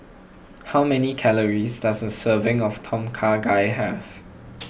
how many calories does a serving of Tom Kha Gai have